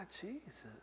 Jesus